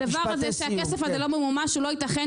זה שהכסף הזה לא ממומש הוא לא יתכן,